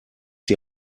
die